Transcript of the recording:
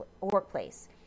workplace